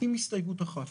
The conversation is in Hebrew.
עם הסתייגות אחת,